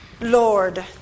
Lord